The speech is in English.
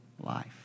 life